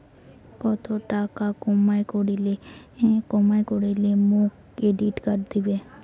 কত টাকা কামাই করিলে মোক ক্রেডিট কার্ড দিবে?